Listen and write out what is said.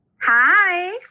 Hi